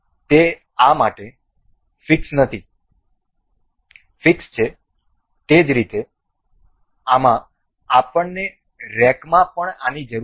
તેથી તે આ માટે ફીક્સ છે તે જ રીતે આમાં આપણને રેકમાં પણ આની જરૂર છે